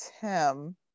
tim